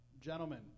gentlemen